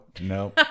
no